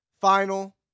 final